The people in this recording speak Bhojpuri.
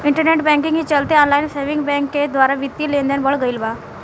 इंटरनेट बैंकिंग के चलते ऑनलाइन सेविंग बैंक के द्वारा बित्तीय लेनदेन बढ़ गईल बा